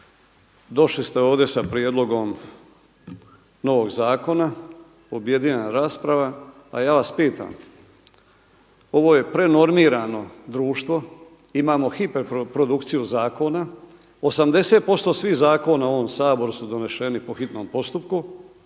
došli ste ovdje sa prijedlogom novog zakona, objedinjena rasprava a ja vas pitam ovo je prenormirano društvo, imamo hiper produkciju zakona. 80% svih zakona u ovom Saboru su doneseni po hitnom postupku,